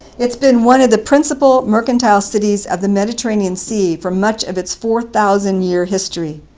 it's been one of the principal mercantile cities of the mediterranean sea for much of its four thousand year history.